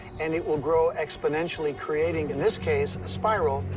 and it will grow exponentially, creating, in this case, a spiral.